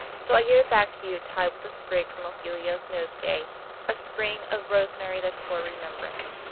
so i give it back to you tied with a sprig from ophelia's nosegay a spring of rosemary, that's for remembrance.